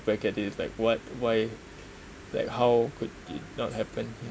is like what why like how could it not happen